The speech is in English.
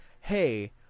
hey